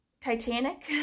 Titanic